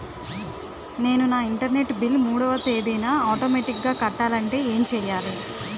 నేను నా internet bill మూడవ తేదీన ఆటోమేటిగ్గా కట్టాలంటే ఏం చేయాలి?